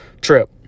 trip